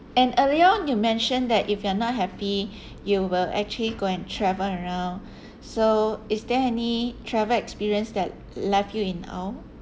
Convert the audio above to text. and earlier on you mentioned that if you're not happy you will actually go and travel around so is there any travel experience that left you in awe